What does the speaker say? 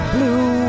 Blue